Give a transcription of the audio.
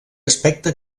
aspecte